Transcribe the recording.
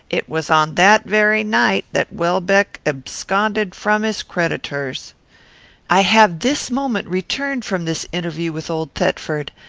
it was on that very night that welbeck absconded from his creditors i have this moment returned from this interview with old thetford.